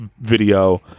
video